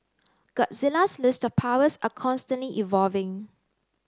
Godzilla's list of powers are constantly evolving